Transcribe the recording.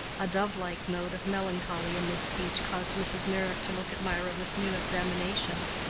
a dove-like note of melancholy in this speech caused mrs. meyrick to look at mirah with new examination.